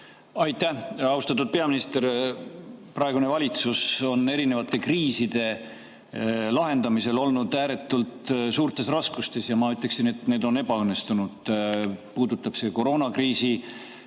Aitäh! Austatud peaminister! Praegune valitsus on erinevate kriiside lahendamisel olnud ääretult suurtes raskustes ja ma ütleksin, et need on ebaõnnestunud. Puudutab see koroonakriisi